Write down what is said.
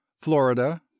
florida